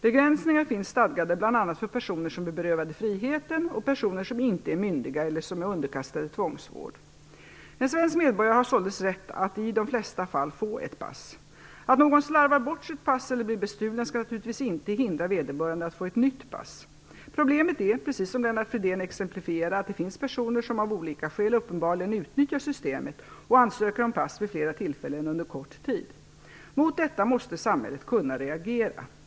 Begränsningar finns stadgade bl.a. för personer som är berövade friheten och personer som inte är myndiga eller som är underkastade tvångsvård. En svensk medborgare har således rätt att i de flesta fall få ett pass. Att någon slarvar bort sitt pass eller blir bestulen skall naturligtvis inte hindra vederbörande att få ett nytt pass. Problemet är, precis som Lennart Fridén exemplifierar, att det finns personer som av olika skäl uppenbarligen utnyttjar systemet och ansöker om pass vid flera tillfällen under kort tid. Mot detta måste samhället kunna reagera.